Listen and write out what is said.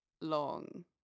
long